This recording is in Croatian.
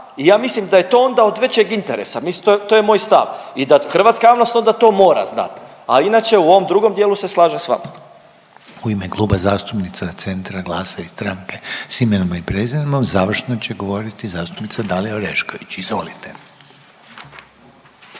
i ja mislim da je to onda od većeg interesa, mislim to je, to je moj stav i da hrvatska javnost onda to mora znat, a inače u ovom drugom dijelu se slažem s vama. **Reiner, Željko (HDZ)** U ime Kluba zastupnica Centra, GLAS-a i Stranke s imenom i prezimenom završno će govoriti zastupnica Dalija Orešković, izvolite.